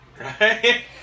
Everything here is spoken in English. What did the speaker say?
Right